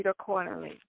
accordingly